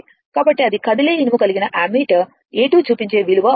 కాబట్టి అది కదిలే ఇనుము కలిగిన అమ్మీటర్ A2 చూపించే విలువ అవుతుంది